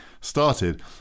started